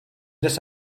this